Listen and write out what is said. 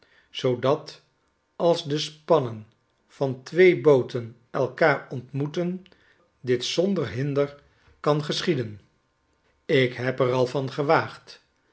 zoodat als de spannen van twee booten elkaar ontmoeten ditzonder hinder kan geschieden ik heb er al van gewaagd